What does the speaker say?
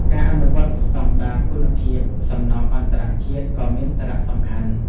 ការអនុវត្តស្តង់ដារគុណភាពសំណង់អន្តរជាតិក៏មានសារៈសំខាន់។